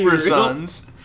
Sons